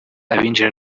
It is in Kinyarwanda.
abinjira